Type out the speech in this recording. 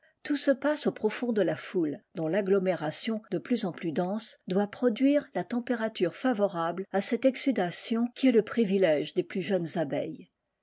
tout se passe au profond delà foule dont l'agglomération de pliis en plus dense doit produire la température favorable à cette exsudation qu est le privilège des plus jeunes abeilles